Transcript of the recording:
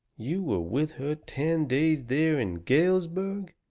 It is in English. you were with her ten days there in galesburg!